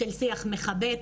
אלא של שיח מכבד,